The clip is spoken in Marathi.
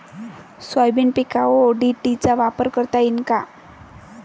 सोयाबीन पिकावर ओ.डी.टी चा वापर करता येईन का?